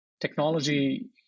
technology